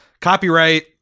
copyright